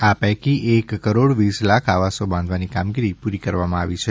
આ પૈકી એક કરોડ વીસ લાખ આવાસો બાંધવાની કામગીરી પ્રરી કરવામાં આવી છે